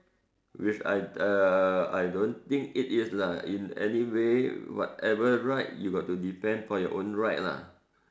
which I uh I don't think it is lah in anyway whatever right you got to defend for your own right lah